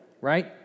right